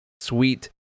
sweet